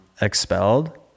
expelled